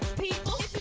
people